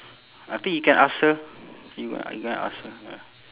I think you can ask her you you go and ask her ya